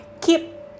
keep